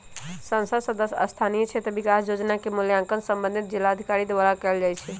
संसद सदस्य स्थानीय क्षेत्र विकास जोजना के मूल्यांकन संबंधित जिलाधिकारी द्वारा कएल जाइ छइ